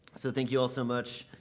so thank you all so much,